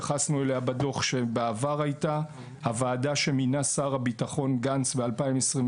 שהתייחסנו אליה בדו"ח; והוועדה שמינה שר הביטחון גנץ ב-2022,